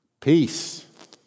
peace